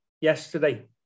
yesterday